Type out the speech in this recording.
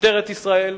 משטרת ישראל,